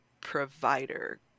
provider